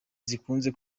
zikunze